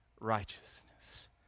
righteousness